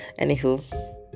anywho